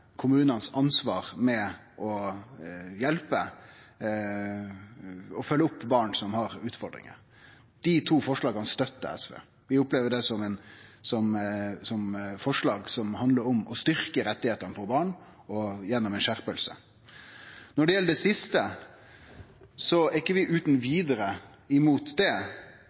kommunanes ansvar med å hjelpe og følgje opp barn som har utfordringar. Dei to forslaga støttar SV. Vi opplever det som forslag som handlar om å styrkje rettane til barn gjennom ei skjerping. Når det gjeld det siste, er ikkje vi utan vidare imot det.